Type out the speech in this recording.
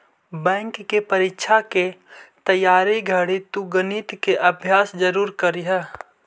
bank के परीक्षा के तइयारी घड़ी तु गणित के अभ्यास जरूर करीह